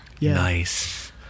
nice